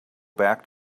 back